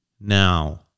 now